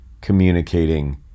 communicating